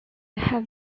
have